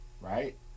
right